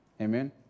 Amen